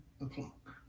o'clock